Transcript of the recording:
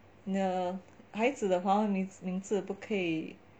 你的孩子的华文名字不可以